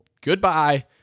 Goodbye